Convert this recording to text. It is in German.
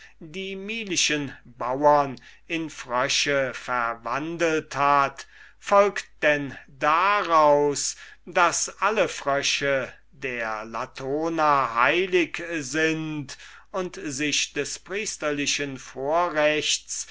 die milischen bauren in frösche verwandelt hat folgt denn daraus daß alle frösche der latona heilig sind und sich des priesterlichen vorrechts